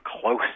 close